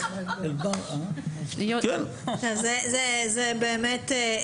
זה באמת דברים מגוחכים.